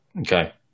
Okay